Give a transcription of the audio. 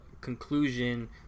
conclusion